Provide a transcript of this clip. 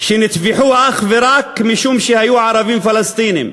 שנטבחו אך ורק משום היו ערבים פלסטינים.